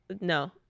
no